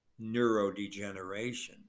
neurodegeneration